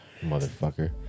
Motherfucker